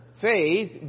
faith